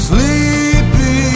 Sleepy